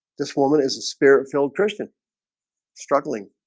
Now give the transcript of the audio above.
this woman is a spirit-filled christian struggling